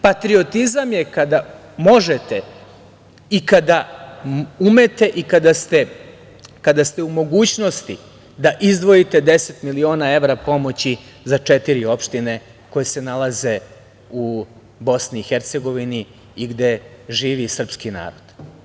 Patriotizam je kada možete i kada umete i kada ste u mogućnosti da izdvojite 10 miliona evra pomoći za četiri opštine koje se nalaze u BiH i gde živi srpski narod.